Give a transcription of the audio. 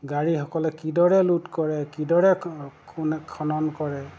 গাড়ীসকলে কিদৰে লোড কৰে কিদৰে খনন কৰে